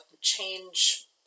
Change